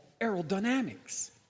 aerodynamics